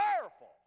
powerful